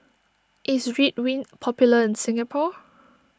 is Ridwind popular in Singapore